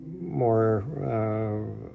more